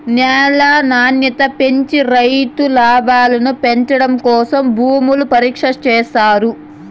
న్యాల నాణ్యత పెంచి రైతు లాభాలను పెంచడం కోసం భూములను పరీక్ష చేత్తారు